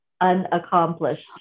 unaccomplished